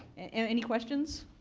and any questions?